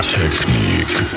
technique